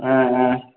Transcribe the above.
ஆ ஆ